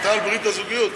אתה על ברית הזוגיות.